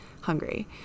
hungry